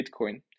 Bitcoin